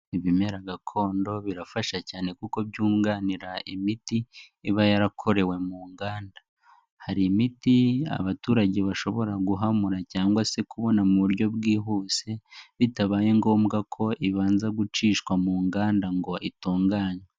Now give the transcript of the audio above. Ibimera gakondo birafasha cyane kuko byunganira imiti iba yarakorewe mu nganda. Hari imiti abaturage bashobora guhamura cyangwa se kubona mu buryo bwihuse, bitabaye ngombwa ko ibanza gucishwa mu nganda ngo itunganywe.